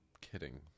kidding